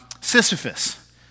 Sisyphus